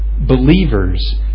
believers